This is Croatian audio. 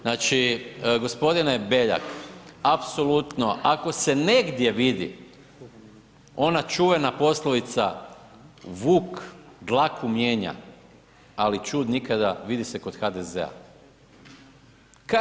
Znači, g. Beljak, apsolutno, ako se negdje vidi ona čuvena poslovica vuk dlaku mijenja, ali ćud nikada, vidi se kod HDZ-a.